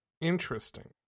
Interesting